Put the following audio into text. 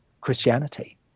Christianity